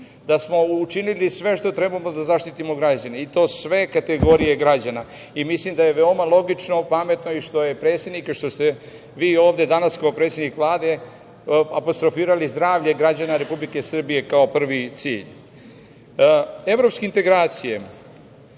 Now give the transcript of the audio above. da smo učinili sve što je trebalo da zaštitimo građane, i to sve kategorije građana. Mislim da je veoma logično i pametno što je i predsednik i što ste vi ovde danas kao predsednik Vlade apostrofirali zdravlje građana Republike Srbije kao prvi cilj. Evropske integracije,